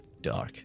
dark